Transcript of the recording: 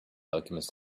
alchemist